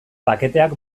paketeak